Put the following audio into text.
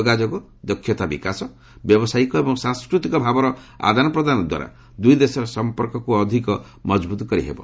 ଯୋଗାଯୋଗ ଦକ୍ଷତା ବିକାଶ ବ୍ୟାବସାୟିକ ଏବଂ ସାଂସ୍କୃତିକ ଭାବର ଆଦାନ ପ୍ରଦାନ ଦ୍ୱାରା ଦୁଇ ଦେଶର ସଂପର୍କକୁ ଅଧିକ ସୁଦୃଢ଼ କରିହେବ